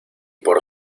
por